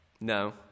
No